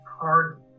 hard